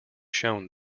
shown